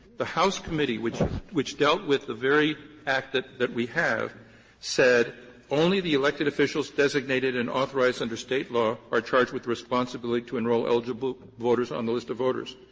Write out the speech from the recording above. the house committee which which dealt with the very act that that we have said only the elected officials designated and authorized under state law are charged with responsibility to enroll eligible voters on the list of voters.